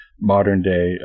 modern-day